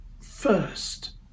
first